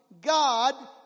God